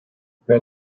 peut